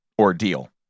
ordeal